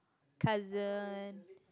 cousin